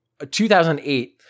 2008